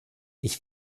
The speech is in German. ich